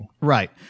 Right